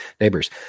neighbors